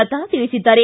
ಲತಾ ತಿಳಿಸಿದ್ದಾರೆ